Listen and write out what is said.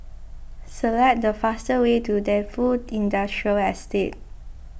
select the fastest way to Defu Industrial Estate